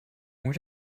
what